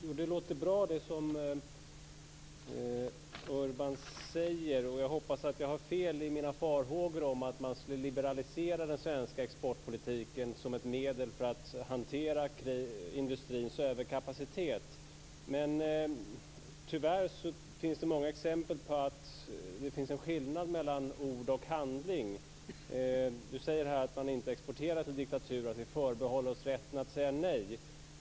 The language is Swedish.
Fru talman! Det Urban Ahlin sade låter bra, och jag hoppas att jag har fel i mina farhågor om att den svenska exportpolitiken skall liberaliseras som ett medel för att hantera industrins överkapacitet. Tyvärr finns det många exempel på att det råder en skillnad mellan ord och handling. Urban Ahlin säger att Sverige inte exporterar till diktaturer och att Sverige förbehåller sig rätten att säga nej.